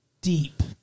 deep